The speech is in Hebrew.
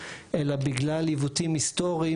אלא בגלל עיוותים היסטוריים,